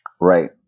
right